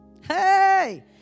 Hey